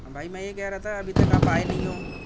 بھائی میں یہ کہہ رہا تھا ابھی تک آپ آئے نہیں ہو